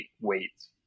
weights